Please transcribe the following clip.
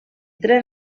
tres